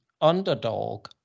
underdog